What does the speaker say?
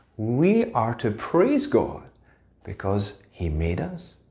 we are to praise god because he made us,